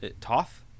Toth